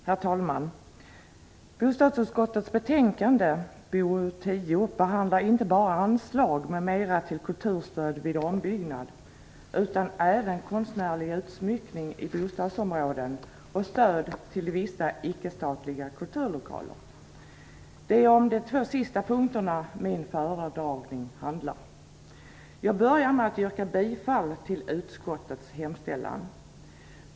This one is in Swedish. Herr talman! Bostadsutskottets betänkande BoU10 behandlar inte bara anslag m.m. till kulturstöd vid ombyggnad utan även konstnärlig utsmyckning i bostadsområden och stöd till vissa icke-statliga kulturlokaler. Det är de två sista punkterna som min föredragning handlar om. Jag börjar med att yrka bifall till utskottets hemställan.